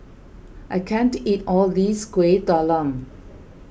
I can't eat all this Kuih Talam